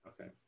okay